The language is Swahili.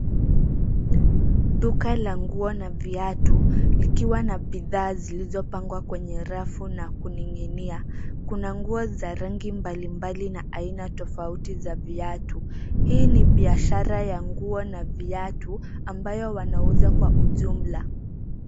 Duka la nguo na viatu, likiwa na bidhaa zilizopangwa kwenye rafu na kuning'inia. Kuna nguo za rangi mbalimbali na aina tofauti za viatu. Hii ni biashara ya nguo na viatu , ambayo wanauza kwa ujumla.